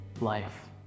life